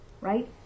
right